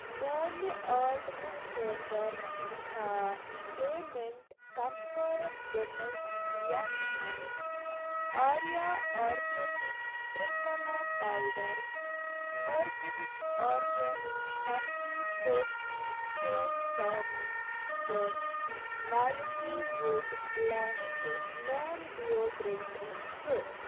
میٚانہِ آرڈرٕ خٲطٕر چھا پیمیٚنٛٹ کنفٔرم گٔمٕژ یتھ مَنٛز آریٖہ آرگینِک ترٛپھلا پاوڈر مٔرگِنز آرگینِک سبزی ٹوفوٗ سوے ژامن تہٕ Nike wood blast men deodorant چھ